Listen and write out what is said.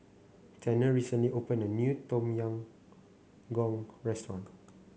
Tanner recently opened a new Tom Yam Goong restaurant